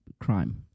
crime